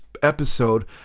episode